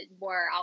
more